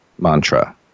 mantra